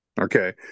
Okay